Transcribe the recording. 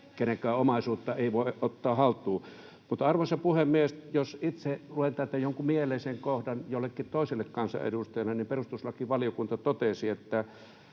kenenkään omaisuutta ei voida ottaa haltuun. Arvoisa puhemies! Jos itse luen täältä jonkun mieleisen kohdan jollekin toiselle kansanedustajalle, niin perustuslakivaliokunta totesi, että